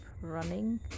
running